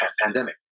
pandemic